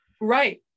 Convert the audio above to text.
Right